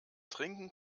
trinken